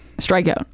Strikeout